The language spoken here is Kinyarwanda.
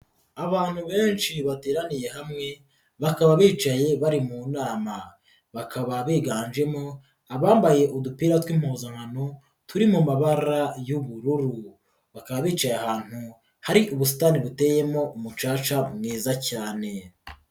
Abantu benshi bateraniye hamwe bakaba bicaye bari mu nama, bakaba biganjemo abambaye udupira tw'impuzankano turi mu mabara y'ubururu, bakaba bicaye ahantu hari ubusitani buteyemo umucaca mwiza cyane.